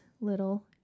little